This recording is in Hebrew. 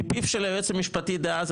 מפיו היועץ המשפטי דאז,